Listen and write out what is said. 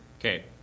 Okay